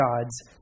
God's